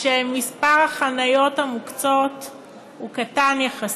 ומספר החניות המוקצות קטן יחסית.